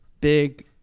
big